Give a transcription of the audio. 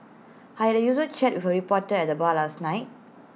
I had A usual chat with A reporter at the bar last night